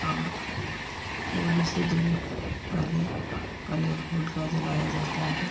और होली से दो दिन पहले पहले होलिका जलाया जाता है